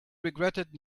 regretted